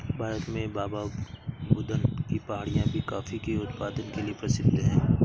भारत में बाबाबुदन की पहाड़ियां भी कॉफी के उत्पादन के लिए प्रसिद्ध है